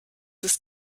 ist